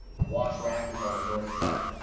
the wash rack is on the north side.